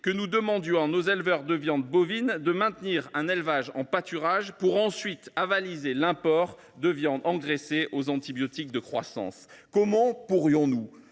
que nous demandions à nos éleveurs de viandes bovines de maintenir un élevage en pâturage pour ensuite avaliser l’import de viandes engraissées aux antibiotiques de croissance ? Comment pourrions nous